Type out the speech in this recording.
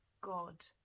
God